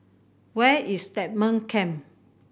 where is Stagmont Camp